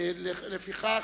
לכן,